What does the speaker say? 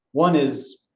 one is,